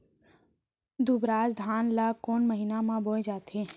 दुबराज धान ला कोन महीना में बोये जाथे?